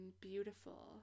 beautiful